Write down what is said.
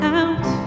out